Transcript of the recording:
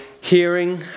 hearing